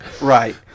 Right